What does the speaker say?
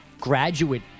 graduate